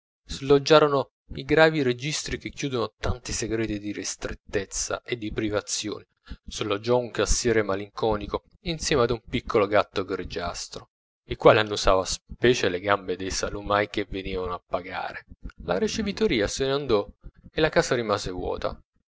contribuenti sloggiarono i gravi registri che chiudono tanti segreti di ristrettezze e di privazioni sloggiò un cassiere malinconico insieme ad un piccolo gatto grigiastro il quale annusava specie le gambe dei salumai che venivano a pagare la ricevitoria se n'andò e la casa rimase vuota